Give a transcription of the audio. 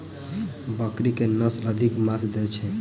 बकरी केँ के नस्ल अधिक मांस दैय छैय?